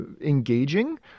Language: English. engaging